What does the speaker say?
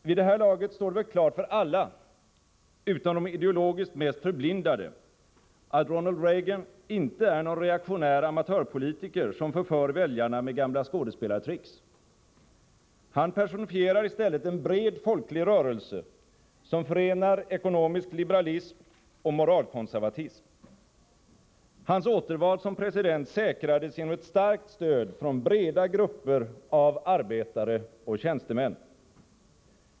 Vid det här laget står det väl klart för alla utom de ideologiskt mest förblindade att Ronald Reagan inte är någon reaktionär amatörpolitiker som förför väljarna med gamla skådespelartrick. Han personifierar i stället en bred folklig rörelse, som förenar ekonomisk liberalism och moralkonservatism. Hans återval som president säkrades genom ett starkt stöd från breda grupper av arbetare och tjänstemän.